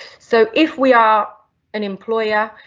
so if we are an employer,